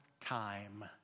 time